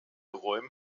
räume